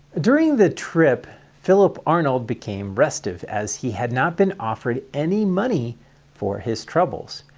during the trip philip arnold became restive, as he had not been offered any money for his troubles,